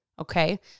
Okay